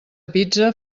pizza